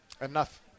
enough